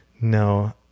no